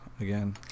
again